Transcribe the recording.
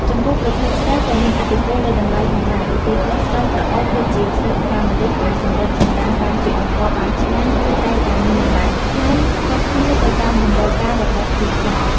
ចំពោះប្រភេទស្រូវ ក៏មានឥទ្ធិពលលើតម្លៃផងដែរ ឧទាហរណ៍ ស្រូវក្រអូបដូចជាស្រូវផ្កាម្លិះដែលសម្រិតសម្រាំងបានជាអង្ករបាយឆ្ងាញ់ គឺតែងតែមានតម្លៃថ្លៃខុសគ្នាទៅតាមតម្រូវការរបស់ទីផ្សារ។